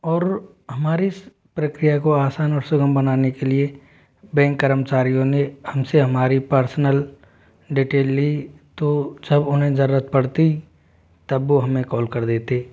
और हमारी प्रक्रिया को आसान और सुगम बनाने के लिए बैंक कर्मचारियों ने हमसे हमारी पर्सनल डीटेल ली सब उन्हें जरूरत पड़ती तब वो हमें कॉल कर देते